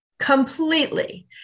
Completely